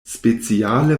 speciale